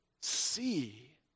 see